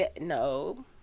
no